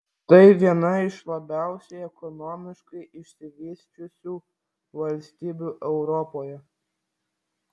tai viena iš labiausiai ekonomiškai išsivysčiusių valstybių europoje